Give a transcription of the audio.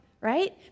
right